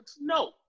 No